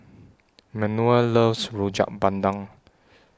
Manuel loves Rojak Bandung